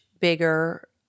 bigger